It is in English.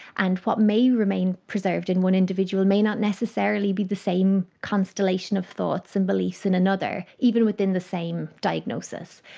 and what may remain preserved in one individual may not necessarily be the same constellation of thoughts and beliefs in another, even within the same diagnosis.